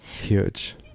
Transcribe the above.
Huge